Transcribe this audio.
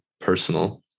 personal